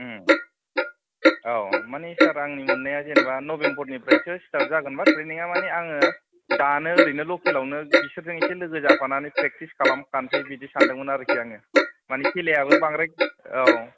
ओम औ मानि सार आं मोननाया जेनेबा नबेम्बरनिफ्रायसो स्टार्ट जागोनबा ट्रेइनिंआ माने आङो दानो ओरैनो लकेलावनो बिसोरजों एसे लोगो जाफानानै प्रेक्टिस खालामफानोसै बिदि सानदोंमोन आरोखि आङो मानि खेलायाबो बांद्राय औ